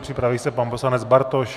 Připraví se pan poslanec Bartoš.